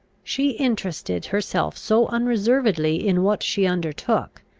she interested herself so unreservedly in what she undertook,